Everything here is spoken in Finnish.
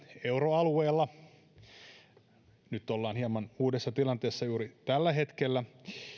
euroalueella ja yhdysvalloissa nyt ollaan hieman uudessa tilanteessa juuri tällä hetkellä